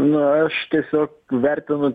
na aš tiesiog vertinu